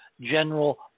general